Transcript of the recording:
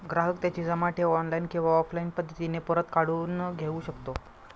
ग्राहक त्याची जमा ठेव ऑनलाईन किंवा ऑफलाईन पद्धतीने परत काढून घेऊ शकतो